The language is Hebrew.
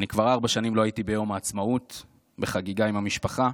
אני כבר ארבע שנים לא הייתי ביום העצמאות בחגיגה עם המשפחה.